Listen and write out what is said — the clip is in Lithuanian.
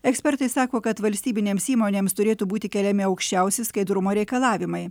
ekspertai sako kad valstybinėms įmonėms turėtų būti keliami aukščiausi skaidrumo reikalavimai